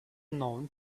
known